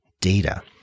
data